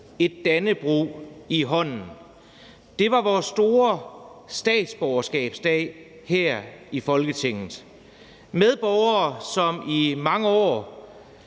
et dannebrog i hånden. Det var vores store statsborgerskabsdag her i Folketinget, og medborgere, som i mange år